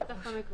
תסיים.